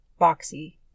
boxy